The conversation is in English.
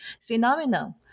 phenomenon